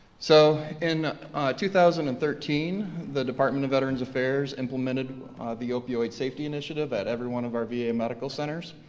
so, in two thousand and thirteen, the department of veterans affairs implemented the opioid safety initiative at every one of our va medical centers.